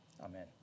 Amen